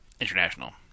International